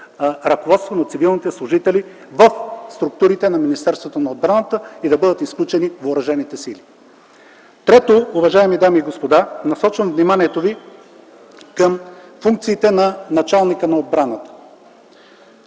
ръководство на цивилните служители в структурата на Министерството на отбраната и да бъдат изключени въоръжените сили. Уважаеми дами и господа, трето, насочвам вниманието ви към функциите на началника на отбраната.